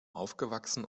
aufgewachsen